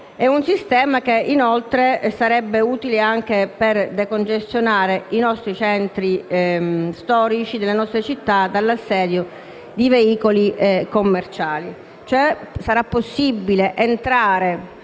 tale sistema sarebbe utile anche per decongestionare i centri storici delle nostre città dall'assedio di veicoli commerciali.